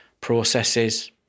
processes